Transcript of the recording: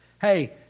Hey